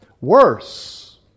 Worse